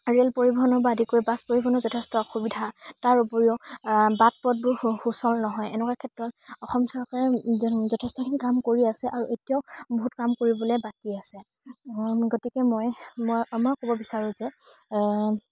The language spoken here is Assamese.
ৰে'ল পৰিবহণৰ পৰা আদি কৰি বাছ পৰিবহণৰ যথেষ্ট অসুবিধা তাৰ উপৰিও বাট পথবোৰ সুচল নহয় এনেকুৱা ক্ষেত্ৰত অসম চৰকাৰে যথেষ্টখিনি কাম কৰি আছে আৰু এতিয়াও বহুত কাম কৰিবলে বাকী আছে গতিকে মই মই ক'ব বিচাৰোঁ যে